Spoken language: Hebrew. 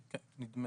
כן,